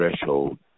threshold